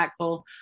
impactful